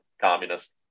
communist